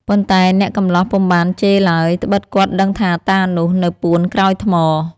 ប៉ុន្តែអ្នកកម្លោះពុំបានជេរឡើយ ត្បិតគាត់ដឹងថាតានោះនៅពួនក្រោយថ្ម។